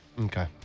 Okay